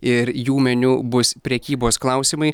ir jų meniu bus prekybos klausimai